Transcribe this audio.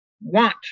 want